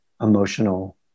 emotional